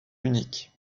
unique